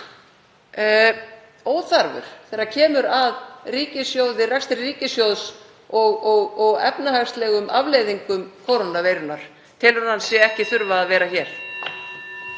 óþarfur þegar kemur að rekstri ríkissjóðs og efnahagslegum afleiðingum kórónuveirunnar? Telur hann sig ekki þurfa að vera hér?